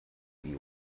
ionen